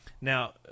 now